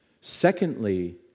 Secondly